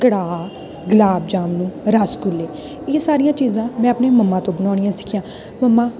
ਕੜਾਹ ਗੁਲਾਬ ਜਾਮੂਨ ਰਸਗੁੱਲੇ ਇਹ ਸਾਰੀਆਂ ਚੀਜ਼ਾਂ ਮੈਂ ਆਪਣੀਆਂ ਮਮਾ ਤੋਂ ਬਣਾਉਣੀਆਂ ਸਿੱਖੀਆਂ ਮਮਾ